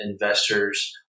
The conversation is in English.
investors